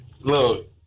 look